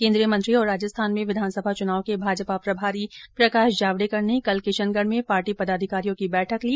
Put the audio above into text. केंद्रीय मंत्री और राजस्थान में विधानसभा चुनाव के भाजपा प्रभारी प्रकाश जावेड़कर ने कल किशनगढ़ में पार्टी पदाधिकारियों की बैठक ली